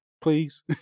Please